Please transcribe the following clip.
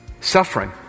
suffering